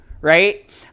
right